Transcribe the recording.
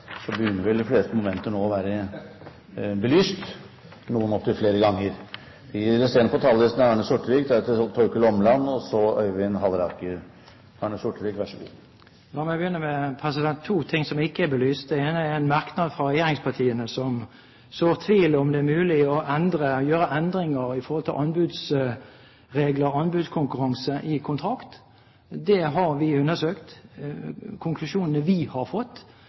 de fleste momenter nå vel begynner å være belyst – noen opptil flere ganger. La meg begynne med to ting som ikke er belyst. Det ene er en merknad fra regjeringspartiene som sår tvil om hvorvidt det er mulig å gjøre endringer i anbudsregler, i anbudskonkurranse, i kontrakt. Det har vi undersøkt. Konklusjonene vi har fått,